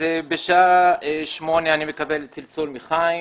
בשעה 20:00 אני מקבל צלצול מחיים.